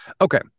Okay